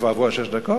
כבר עברו שש דקות?